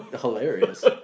hilarious